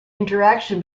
interaction